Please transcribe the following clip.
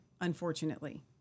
unfortunately